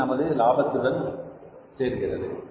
இது நமது லாபத்துடன் சேர்கிறது